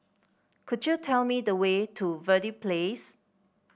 could you tell me the way to Verde Place